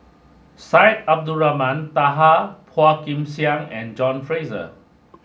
Syed Abdulrahman Taha Phua Kin Siang and John Fraser